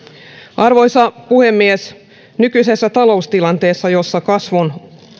arvoisa puhemies nykyisessä taloustilanteessa jossa kasvun